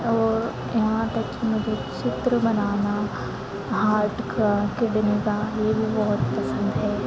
और यहाँ तक कि मुझे चित्र बनाना हर्ट का किडनी का ये भी बहुत पसंद है